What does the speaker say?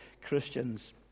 Christians